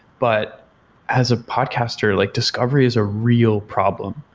but as a podcaster, like discovery is a real problem.